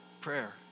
prayer